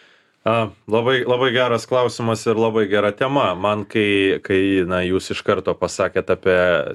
a labai labai geras klausimas ir labai gera tema man kai kai jūs iš karto pasakėt apie